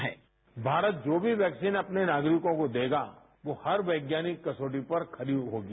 bite Bharat जो भी vaccine अपने नागरिकों को देगा वो हर वैज्ञानिक कसौटी पर खरी होगी